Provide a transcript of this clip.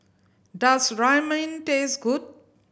does Ramyeon taste good